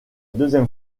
deuxième